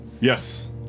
yes